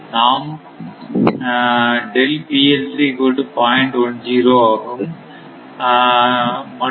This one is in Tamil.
நம் ஆகும் மற்றும்